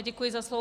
Děkuji za slovo.